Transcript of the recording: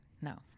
No